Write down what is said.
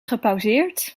gepauzeerd